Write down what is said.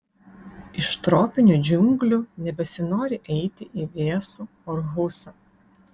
iš tropinių džiunglių nebesinori eiti į vėsų orhusą